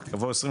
כעבור 20,